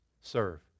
Serve